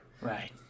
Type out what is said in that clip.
Right